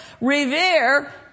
revere